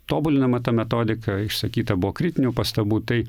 tobulinama ta metodika išsakyta buvo kritinių pastabų tai